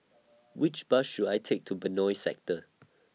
Which Bus should I Take to Benoi Sector